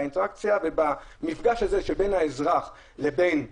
באינטראקציה ובמפגש הזה שבין האזרח לבין המשטרה,